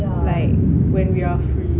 like when we are free